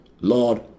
Lord